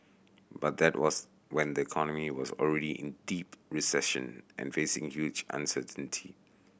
but that was when the economy was already in deep recession and facing huge uncertainty